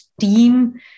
team